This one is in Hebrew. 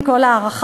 עם כל ההערכה,